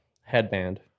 headband